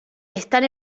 están